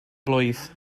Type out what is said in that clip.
blwydd